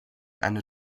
eine